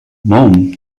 mom